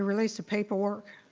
relates to paperwork,